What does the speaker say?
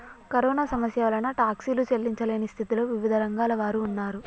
corona సమస్య వలన టాక్సీలు చెల్లించలేని స్థితిలో వివిధ రంగాల వారు ఉన్నారు